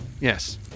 yes